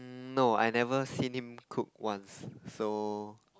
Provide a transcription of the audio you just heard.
no I never seen him cook once so